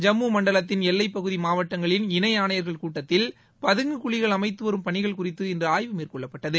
ஜம்மு மண்டலத்தின் எல்லைப்பகுதி மாவட்டங்களின் இணை ஆணையர்கள் கூட்டத்தில் பதங்கு குழிகள் அமைத்துவரும் பணிகள் குறித்து இன்று ஆய்வு மேற்கொள்ளப்பட்டது